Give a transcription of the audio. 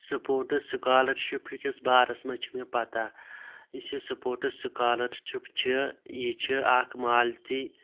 sports scholarship کِس بارَس منٛز چھِ مےٚ پَتاہ یہِ چھُ سَپورٹٕس سُکالَرشِپ چھُ یہِ چھُ اَکھ مالتی